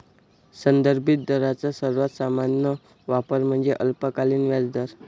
संदर्भित दरांचा सर्वात सामान्य वापर म्हणजे अल्पकालीन व्याजदर